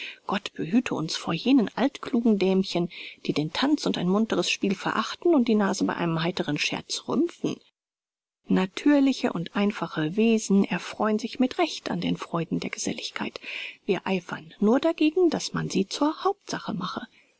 gott behüte uns vor jenen altklugen dämchen die den tanz und ein muntres spiel verachten und die nase bei einem heiteren scherz rümpfen natürliche und einfache wesen erfreuen sich mit recht an den freuden der geselligkeit wir eifern nur dagegen daß man sie zur hauptsache mache